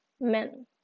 men